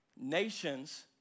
Nations